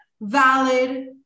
valid